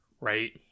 right